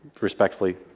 respectfully